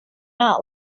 not